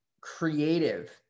creative